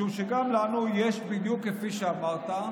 משום שגם לנו יש, בדיוק כפי שאמרת,